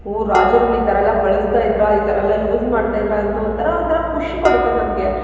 ಓ ರಾಜರುಗಳು ಈ ಥರ ಎಲ್ಲ ಬಳಸ್ತಾ ಇದ್ರಾ ಈ ಥರ ಎಲ್ಲ ಯೂಸ್ ಮಾಡ್ತಾ ಇದ್ರಾ ಅಂತ ಒಂಥರ ಒಂಥರ ಖುಷಿ ಕೊಡುತ್ತೆ ನಮಗೆ